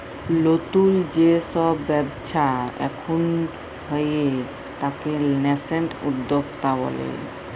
লতুল যে সব ব্যবচ্ছা এখুন হয়ে তাকে ন্যাসেন্ট উদ্যক্তা ব্যলে